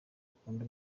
akunda